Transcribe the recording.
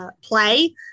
play